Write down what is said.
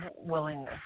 willingness